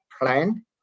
plan